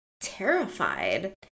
terrified